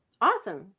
awesome